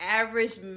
average